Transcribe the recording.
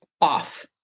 off